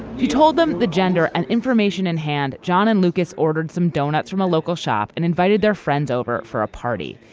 she told them the gender and information in hand john and lucas ordered some donuts from a local shop and invited their friends over for a party.